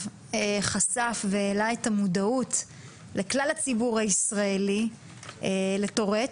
והעלה את המודעות בקרב כלל הציבור הישראלי לתסמונת הטורט,